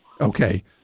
Okay